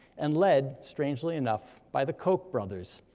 and led, strangely enough, by the koch brothers.